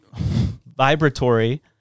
vibratory